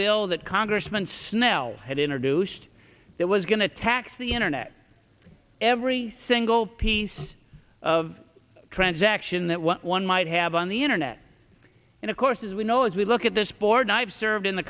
bill that congressman snell had introduced that was going to tax the internet every single piece of transaction that what one might have on the internet and of course as we know as we look at this board i've served in the